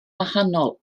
wahanol